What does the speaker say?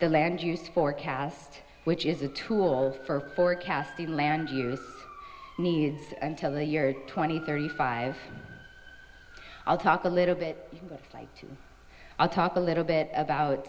the land use forecast which is a tool for forecasting needs until the year twenty thirty five i'll talk a little bit like i'll talk a little bit about